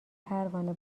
پروانه